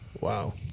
Wow